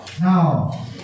Now